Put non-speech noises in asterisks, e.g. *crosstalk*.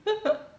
*laughs*